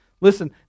Listen